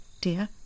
dear